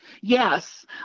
Yes